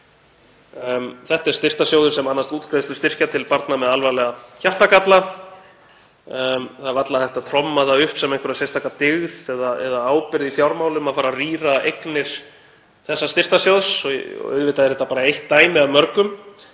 barna, sem annast útgreiðslu styrkja til barna með alvarlegan hjartagalla. Það er varla hægt að tromma það upp sem einhverja sérstaka dyggð eða ábyrgð í fjármálum að rýra eignir þessa styrktarsjóðs. Auðvitað er þetta bara eitt dæmi af mörgum.